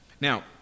Now